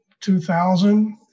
2000